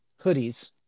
hoodies